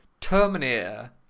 Terminator